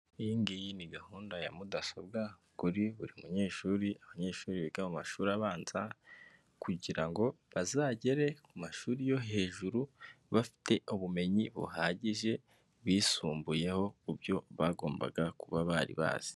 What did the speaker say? Iyi ngiyi ni gahunda ya mudasobwa kuri buri munyeshuri abanyeshuri biga mu mashuri abanza ,kugira ngo bazagere mu mashuri yo hejuru bafite ubumenyi buhagije bisumbuyeho ku byo bagombaga kuba bari bazi.